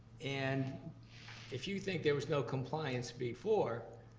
and if you think there was no compliance before,